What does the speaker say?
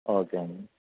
okay అండి